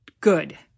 good